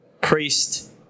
priest